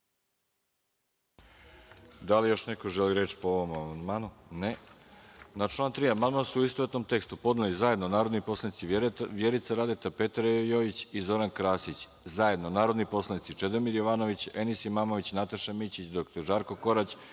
Da li neko želi reč po ovom amandmanu? (Ne.)Na član 3. amandman, u istovetnom tekstu, podneli su zajedno narodni poslanici Vjerica Radeta, Petar Jojić i Zoran Krasić, zajedno narodni poslanici Čedomir Jovanović, Enis Imamović, Nataša Mićić, dr Žarko Korać,